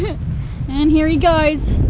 and here he goes.